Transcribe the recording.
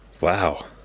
Wow